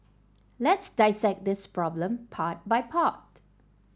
let's dissect this problem part by part